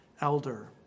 elder